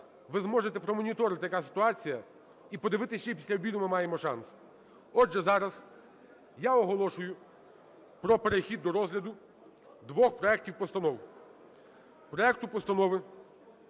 ви зможете промоніторити, яка ситуація, і подивитися, чи після обіду ми маємо шанс. Отже, зараз я оголошую про перехід до розгляду двох проектів постанов.